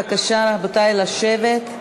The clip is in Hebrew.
בבקשה, רבותי, לשבת.